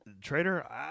Trader